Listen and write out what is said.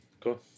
Cool